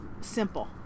simple